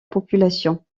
population